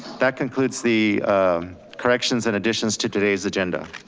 that concludes the corrections and additions to today's agenda.